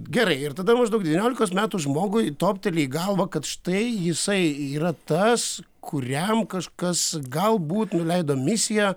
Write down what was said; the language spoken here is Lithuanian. gerai ir tada maždaug devyniolikos metų žmogui topteli į galvą kad štai jisai yra tas kuriam kažkas galbūt nuleido misiją